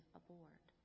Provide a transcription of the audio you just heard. aboard